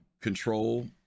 control